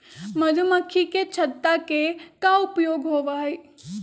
मधुमक्खी के छत्ता के का उपयोग होबा हई?